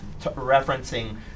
referencing